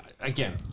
again